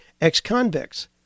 ex-convicts